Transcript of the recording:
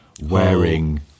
wearing